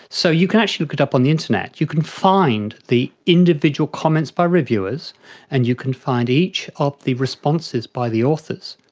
so you can actually look it up on the internet, you can find the individual comments by reviewers and you can find each of the responses by the authors.